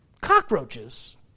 cockroaches